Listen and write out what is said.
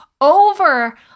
over